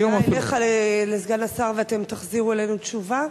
פנייה אליך, לסגן השר, ואתם תחזירו אלינו תשובה?